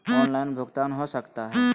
Online भुगतान हो सकता है?